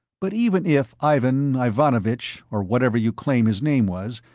but even if ivan ivanovitch, or whatever you claim his name was,